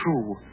true